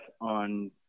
on